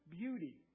beauty